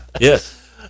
Yes